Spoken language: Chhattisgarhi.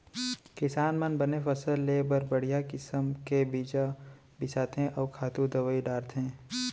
किसान मन बने फसल लेय बर बड़िहा किसम के बीजा बिसाथें अउ खातू दवई डारथें